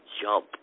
jump